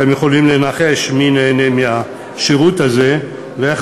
אתם יכולים לנחש מי נהנה מהשירות הזה ואיך